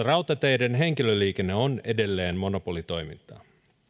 rautateiden henkilöliikenne on edelleen monopolitoimintaa